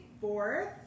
Fourth